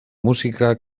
música